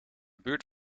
buurt